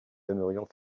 aimerions